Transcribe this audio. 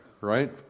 right